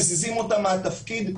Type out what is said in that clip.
מזיזים אותם אותה מהתפקיד,